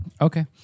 Okay